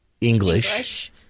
English